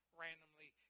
randomly